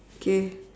okay